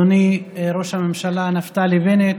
אדוני ראש הממשלה נפתלי בנט,